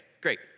great